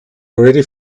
already